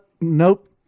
nope